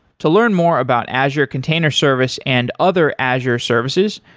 to learn more about azure container service and other azure services,